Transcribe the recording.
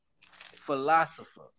philosopher